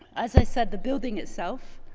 as i said, the building itself